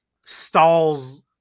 stalls